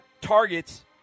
targets